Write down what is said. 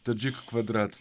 tadžik kvadrat